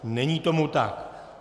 Není tomu tak.